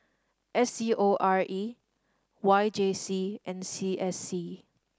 S C O R E Y J C and C S C